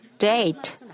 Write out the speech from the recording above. date